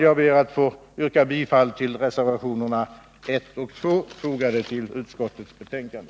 Jag ber att få yrka bifall till reservationerna 1 och 2, fogade till utskottets betänkande.